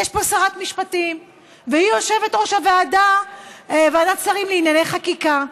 יש פה שרת משפטים והיא יושבת-ראש ועדת שרים לענייני חקיקה.